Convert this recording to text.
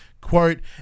Quote